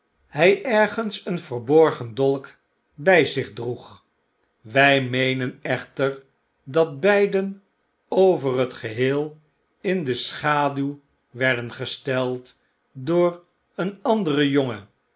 hy ergens een verborgen dolk by zich droeg wy meenen echter dat beiden over het geheel in de schaduw werden gesteld door een anderen jongen